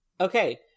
Okay